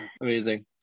Amazing